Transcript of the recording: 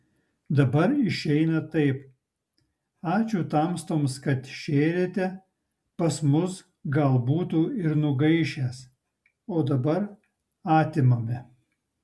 dabar išeina taip ačiū tamstoms kad šėrėte pas mus gal būtų ir nugaišęs o dabar atimame